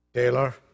Taylor